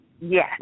Yes